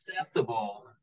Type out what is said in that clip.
accessible